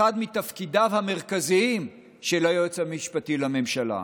אחד מתפקידיו המרכזיים של היועץ המשפטי לממשלה,